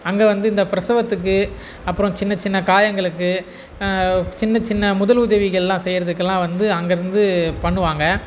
அங்கே வந்து இந்த பிரசவத்துக்கு அப்புறம் சின்ன சின்ன காயங்களுக்கு சின்ன சின்ன முதலுதவிகளெலாம் செய்யுறதுக்குலாம் வந்து அங்கேருந்து பண்ணுவாங்க